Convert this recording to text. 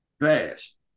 fast